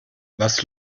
was